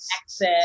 access